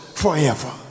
forever